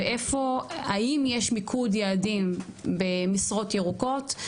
והאם יש מיקוד יעדים במשרות ירוקות,